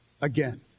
Again